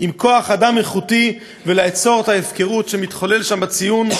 עם כוח-אדם איכותי ולעצור את ההפקרות שמתחוללת שם בציון?